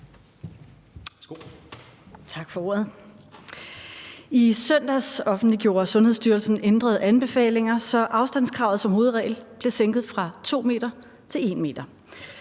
ændrede anbefalinger, så afstandskravet som hovedregel blev ændret fra 2 m til 1 m.